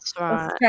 right